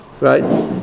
Right